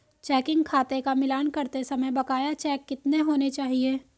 Checking खाते का मिलान करते समय बकाया चेक कितने होने चाहिए?